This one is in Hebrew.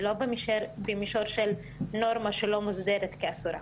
ולא במישור של נורמה שלא מוסדרת כאסורה.